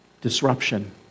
Disruption